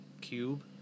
cube